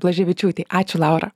blaževičiūtei ačiū laura